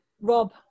Rob